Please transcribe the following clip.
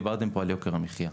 דיברתם פה על יוקר המחיה.